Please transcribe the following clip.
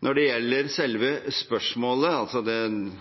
Når det gjelder selve spørsmålet